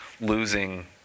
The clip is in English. losing